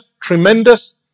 tremendous